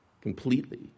completely